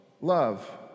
love